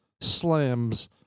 slams